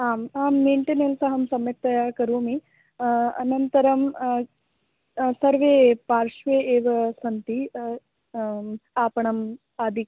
आम् आं मेण्टेनेन्स् अहं सम्यक्तया करोमि अनन्तरं सर्वे पार्श्वे एव सन्ति आपणम् आदि